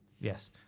Yes